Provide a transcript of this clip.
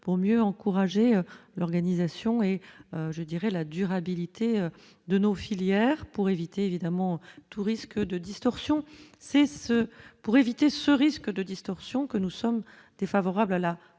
pour mieux encourager l'organisation et je dirais la durabilité de nos filières pour éviter évidemment tout risque de distorsion c'est ce pour éviter ce risque de distorsion que nous sommes défavorables à la